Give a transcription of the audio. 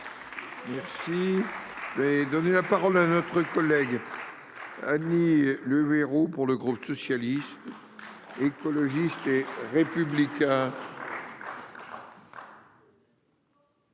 J'ai donné la parole à notre collègue. Ali le héros pour le groupe socialiste. Écologiste et républicain.